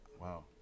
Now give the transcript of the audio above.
Wow